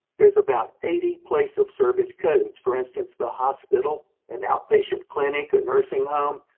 there's about eighty place of service codes, for instance the hospital, an outpatient clinic, a nursing home,